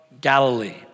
Galilee